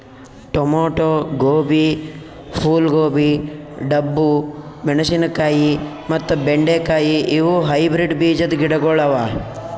tomato, ಗೋಬಿ, ಫೂಲ್ ಗೋಬಿ, ಡಬ್ಬು ಮೆಣಶಿನಕಾಯಿ ಮತ್ತ ಬೆಂಡೆ ಕಾಯಿ ಇವು ಹೈಬ್ರಿಡ್ ಬೀಜದ್ ಗಿಡಗೊಳ್ ಅವಾ